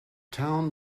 town